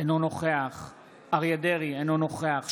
אינו נוכח אריה מכלוף דרעי,